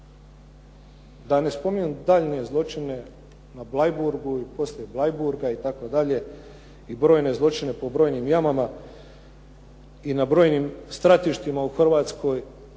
Da ne spominjem daljnje zločine na Bleiburgu i poslije Bleiburga itd. i brojne zločine po brojnim jamama i na brojnim stratištima u Hrvatskoj